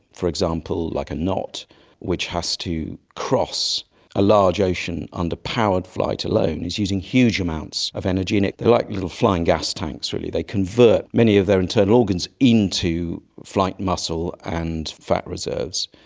for example, like a knot which has to cross a large ocean under powered flight alone is using huge amounts of energy. like they are like little flying gas tanks really, they convert many of their internal organs into flight muscle and fat reserves.